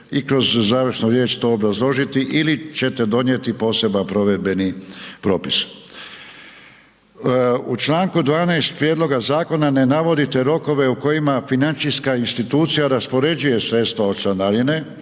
i kroz završnu riječ to obrazložiti ili ćete donijeti poseban provedbeni propis. U Članu 12. prijedloga zakona ne navodite rokove u kojima financijska institucija raspoređuje sredstva od članarine